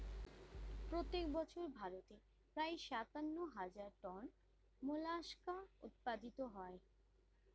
প্রত্যেক বছর ভারতে প্রায় সাতান্ন হাজার টন মোলাস্কা উৎপাদিত হয়